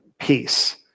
peace